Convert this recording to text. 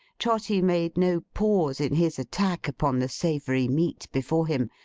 trotty made no pause in his attack upon the savoury meat before him,